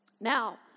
Now